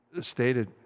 stated